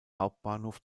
hauptbahnhof